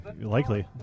Likely